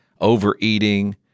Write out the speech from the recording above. overeating